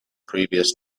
previous